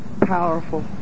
powerful